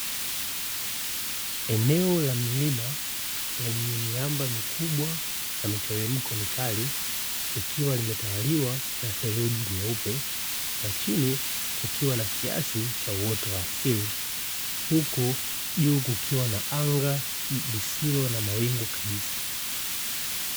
Eneo la milima lenye miamba mikubwa, na miteremko mikali, likiwa limetawaliwa na theluji nyeupe, na chini kukiwa na kiasi cha uoto wa asili, huku juu kukiwa na anga lisilo na mawingu kabisa.